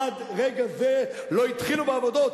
עד רגע זה לא התחילו בעבודות,